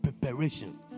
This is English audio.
Preparation